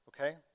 okay